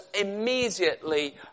immediately